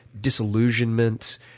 disillusionment